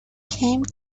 came